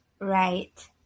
Right